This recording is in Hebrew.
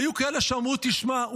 היו כאלה שאמרו: תשמע,